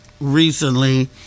recently